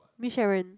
Ms Sharon